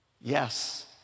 Yes